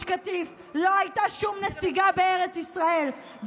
קטיף לא הייתה שום נסיגה בארץ ישראל,